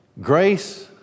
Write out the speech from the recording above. grace